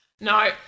no